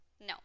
No